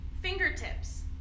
Fingertips